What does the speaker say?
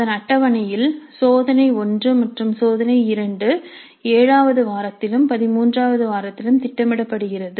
அதன் அட்டவணையில் சோதனை ஒன்று மற்றும் சோதனை 2 7 வது வாரத்திலும் 13 வது வாரத்திலும் திட்டமிடப்படுகிறது